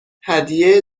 هدیه